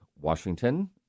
Washington